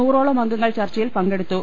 നൂറോളം അംഗങ്ങൾ ചർച്ചയിൽ പങ്കെടുത്തു